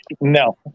No